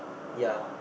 yeah